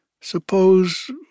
Suppose